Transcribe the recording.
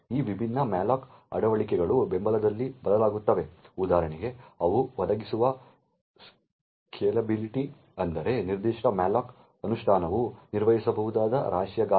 ಈಗ ಈ ವಿಭಿನ್ನ ಮ್ಯಾಲೋಕ್ ಅಳವಡಿಕೆಗಳು ಬೆಂಬಲದಲ್ಲಿ ಬದಲಾಗುತ್ತವೆ ಉದಾಹರಣೆಗೆ ಅವು ಒದಗಿಸುವ ಸ್ಕೇಲೆಬಿಲಿಟಿ ಅಂದರೆ ನಿರ್ದಿಷ್ಟ ಮ್ಯಾಲೋಕ್ ಅನುಷ್ಠಾನವು ನಿರ್ವಹಿಸಬಹುದಾದ ರಾಶಿಯ ಗಾತ್ರ